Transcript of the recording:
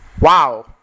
Wow